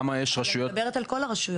אני מדברת על כל הרשויות.